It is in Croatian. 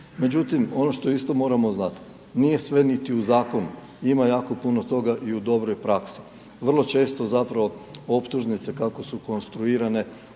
Međutim, ono što isto moramo znat, nije sve niti u Zakonu, ima jako puno toga i u dobroj praksi. Vrlo često zapravo optužnice kako su konstruirane,